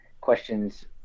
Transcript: questions